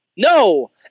No